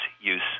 use